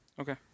Okay